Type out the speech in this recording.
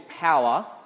power